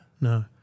No